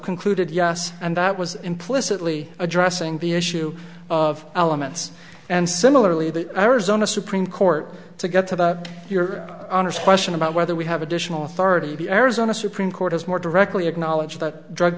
concluded yes and that was implicitly addressing the issue of elements and similarly the arizona supreme court to get to your honor's question about whether we have additional authority the arizona supreme court has more directly acknowledged that drug